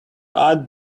add